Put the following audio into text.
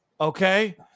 okay